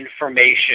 information